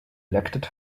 elected